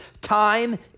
time